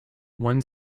one